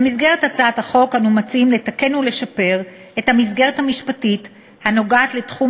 במסגרת הצעת החוק אנו מציעים לתקן ולשפר את המסגרת המשפטית הנוגעת לתחום